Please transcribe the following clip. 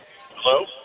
Hello